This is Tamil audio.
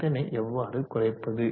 இதனை எவ்வாறு குறைப்பது